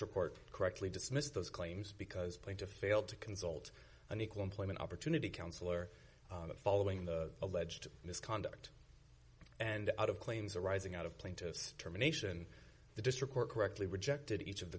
court correctly dismissed those claims because plaintiff failed to consult an equal employment opportunity counsellor following the alleged misconduct and out of claims arising out of plaintiff's terminations the district court correctly rejected each of the